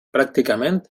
pràcticament